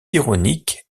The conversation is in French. ironique